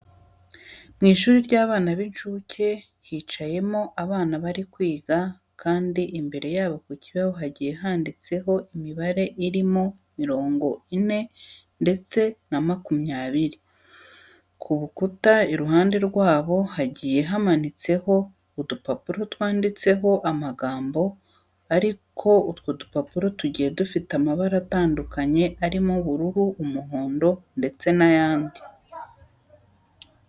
Mu ishuri ry'abana b'inshuke hicayemo abana bari kwiga kandi imbere yabo ku kibaho hagiye handitseho imibare irimo mirongo ine ndetse na makumyabiri. Ku bukuta iruhande rwabo hagiye hamanitseho udupapuro twanditseho amagambo ariko utwo dupapuro tugiye dufite amabara atandukanye arimo ubururu, umuhondo ndetse n'ayandi.